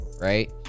right